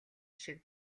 шиг